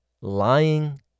lying